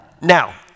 Now